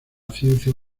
ciencia